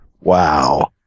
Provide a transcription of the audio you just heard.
Wow